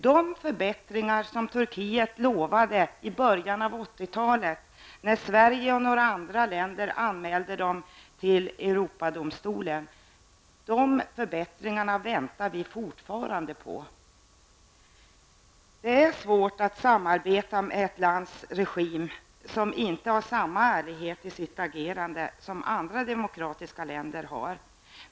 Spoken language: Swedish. De förbättringar som Turkiet lovade i början av 80-talet, när Sverige och några andra länder anmälde landet till Europadomstolen, väntar vi fortfarande på. Det är svårt att samarbeta med en regim som inte har samma ärlighet i sitt agerande som andra, demokratiska länder.